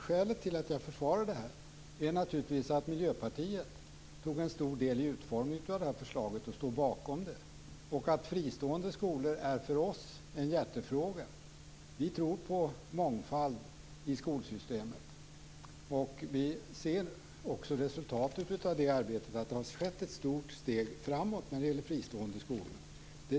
Skälet till att jag försvarar detta är att Miljöpartiet tog en stor del i utformningen av förslaget och stod bakom det. Fristående skolor är för oss en hjärtefråga. Vi tror på mångfald i skolsystemet. Vi ser också resultatet av det arbetet. Det har gått ett stort steg framåt för fristående skolor.